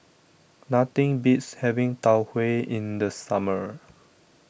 nothing beats having Tau Huay in the summer